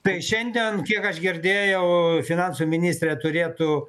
tai šiandien kiek aš girdėjau finansų ministrė turėtų